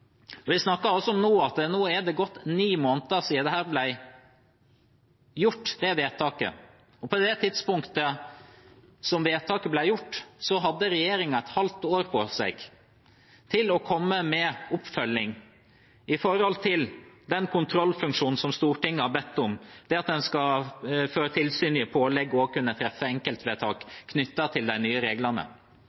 statsminister. Vi snakker nå om at det har gått ni måneder siden dette vedtaket ble gjort. På det tidspunktet som vedtaket ble gjort, hadde regjeringen et halvt år på seg til å komme med oppfølging av den kontrollfunksjonen som Stortinget har bedt om – at man skal føre tilsyn med, gi pålegg om og kunne treffe enkeltvedtak knyttet til de nye reglene.